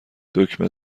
دکمه